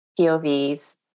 POVs